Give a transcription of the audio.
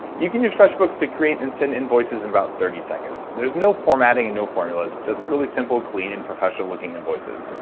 you can use freshbooks to create and send invoices in about thirty seconds there's no formatting and no formulas. just really simple, clean and professional looking invoices.